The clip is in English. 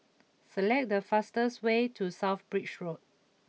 select the fastest way to South Bridge Road